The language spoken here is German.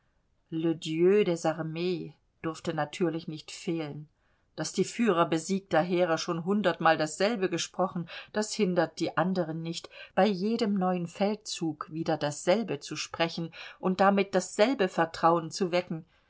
des armes durfte natürlich nicht fehlen daß die führer besiegter heere schon hundertmal dasselbe gesprochen das hindert die anderen nicht bei jedem neuen feldzug wieder dasselbe zu sprechen und damit dasselbe vertrauen zu wecken